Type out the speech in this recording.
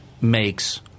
makes